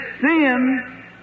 sin